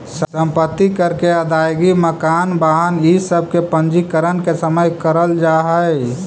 सम्पत्ति कर के अदायगी मकान, वाहन इ सब के पंजीकरण के समय करल जाऽ हई